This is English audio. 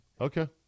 Okay